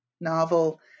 novel